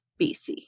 bc